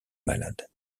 malade